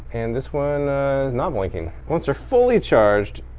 and this one is not blinking. once they're fully charged,